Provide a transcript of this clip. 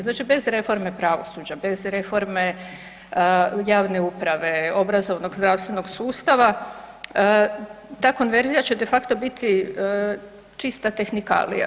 Znači bez reforme pravosuđa, bez reforme javne uprave, obrazovnog, zdravstvenog sustava ta konverzija će de facto biti čista tehnikalija.